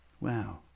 wow